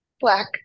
black